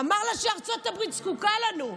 אמר לה שארצות הברית זקוקה לנו,